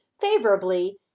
favorably